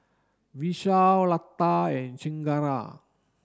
Vishal Lata and Chengara